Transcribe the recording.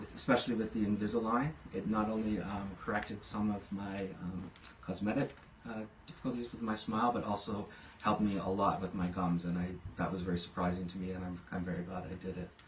especially with the invisalign. it not only corrected some of my cosmetic difficulties with my smile, but also helped me a lot with but my gums, and i that was very surprising to me, and i'm i'm very glad i did it.